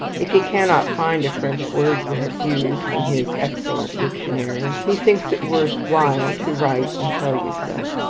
if he cannot find a french word you have used in his excellent dictionary, he thinks it worth while to write and tell you so.